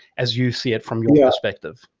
as you see it from your perspective?